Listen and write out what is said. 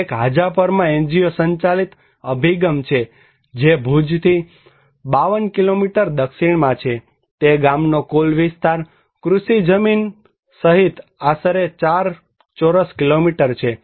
એક હાજાપરમા NGO સંચાલિત અભિગમ છે જે ભુજથી 52 કિલોમીટર દક્ષિણમાં છે તે ગામનો કુલ વિસ્તાર કૃષિ જમીન સહિત આશરે 4 ચોરસ કિલોમીટર છે